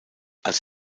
als